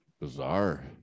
Bizarre